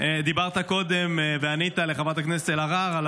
דיברת קודם וענית לחברת הכנסת אלהרר על